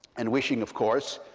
and wishing, of course,